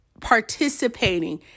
participating